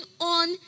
on